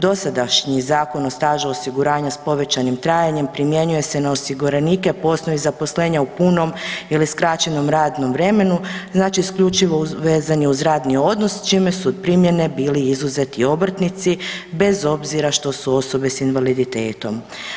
Dosadašnji Zakon o stažu osiguranja s povećanim trajanjem primjenjuje se na osiguranike po osnovi zaposlenja u punom ili skraćenom radnom vremenom, znači isključivo vezanje uz radni odnos čime su od primjene bili izuzeti obrtnici bez obzira što su osobe s invaliditetom.